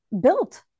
built